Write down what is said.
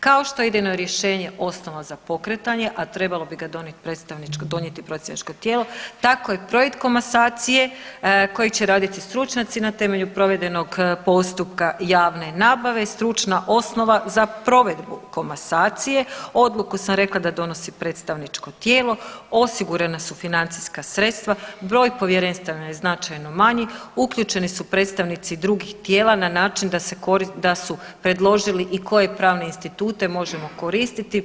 Kao što je idejno rješenje osnova za pokretanje, a trebalo bi ga donijeti predstavničko tijelo, tako je projekt komasacije kojeg će raditi stručnjaci na temelju provedenog postupka javne nabave stručna osnova za provedbu komasacije, odluku sam rekla da donosi predstavničko tijelo, osigurana su financijska sredstva, broj povjerenstava je značajno manji, uključeni su predstavnici drugih tijela na način da su predložili i koje pravne institute možemo koristiti.